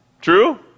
True